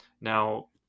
now